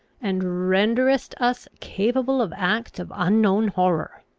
and renderest us capable of acts of unknown horror!